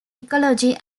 ecology